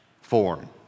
form